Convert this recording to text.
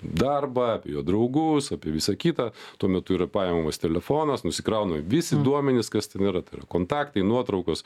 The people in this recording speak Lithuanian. darbą apie jo draugus apie visa kita tuo metu yra paimamas telefonas nusikraunami visi duomenys kas ten yra tai yra kontaktai nuotraukos